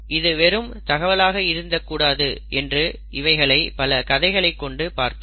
இது வெறும் தகவலாக இருக்கக்கூடாது என்று இவைகளை பல கதைகளைக் கொண்டு பார்த்தோம்